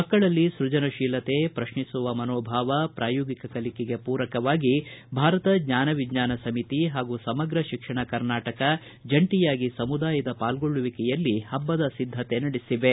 ಮಕ್ಕಳಲ್ಲಿ ಸೃಜನತೀಲತೆ ಪ್ರತ್ನಿಸುವ ಮನೋಭಾವ ಪ್ರಾಯೋಗಿಕ ಕಲಿಕೆಗೆ ಪೂರಕವಾಗಿ ಭಾರತ ಜ್ವಾನ ವಿಜ್ಞಾನ ಸಮಿತಿ ಹಾಗೂ ಸಮಗ್ರ ಶಿಕ್ಷಣ ಕರ್ನಾಟಕ ಜಂಟಿಯಾಗಿ ಸಮುದಾಯದ ಪಾಲ್ಗೊಳ್ಳುವಿಕೆಯಲ್ಲಿ ಹಬ್ಬದ ಸಿದ್ದತೆ ನಡೆಸಿವೆ